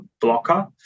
blocker